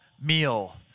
meal